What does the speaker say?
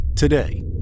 today